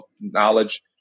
knowledge